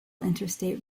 interstate